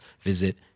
visit